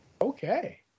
Okay